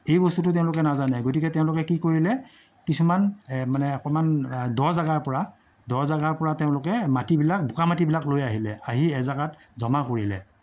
এই বস্তুটো তেওঁলোকে নাজানে গতিকে তেওঁলোকে কি কৰিলে কিছুমান মানে অকণমান দ' জাগাৰ পৰা দ' জাগাৰ পৰা তেওঁলোকে মাটিবিলাক বোকা মাটিবিলাক লৈ আহিলে আহি এজাগাত জমা কৰিলে